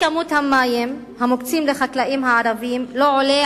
שיעור המים המוקצים לחקלאים הערבים לא עולה